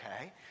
Okay